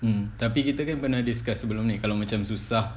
mm tapi kita kan pernah discuss sebelum ni kalau macam susah